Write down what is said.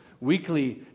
weekly